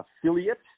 affiliate